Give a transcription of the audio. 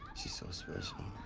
she's so special.